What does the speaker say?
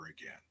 again